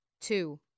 Two